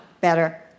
Better